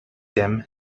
him